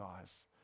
eyes